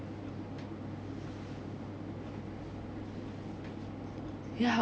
ya